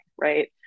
right